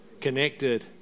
connected